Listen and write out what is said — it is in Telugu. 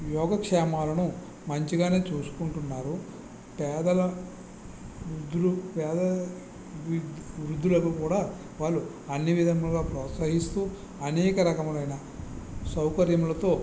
యోగక్షేమాలను మంచిగానే చూసుకుంటున్నారు పేదల వృద్ధులు పేదల వృ వృద్ధులను కూడా వాళ్ళు అన్ని విధములుగా ప్రోత్సహిస్తూ అనేక రకములైన సౌకర్యములతో